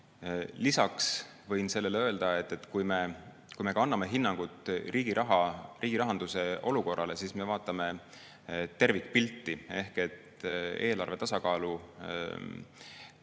Lisaks võin öelda, et kui me ka anname hinnangut riigi rahanduse olukorrale, siis me vaatame tervikpilti ehk eelarve tasakaalu